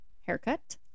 haircut